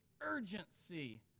urgency